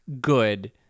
good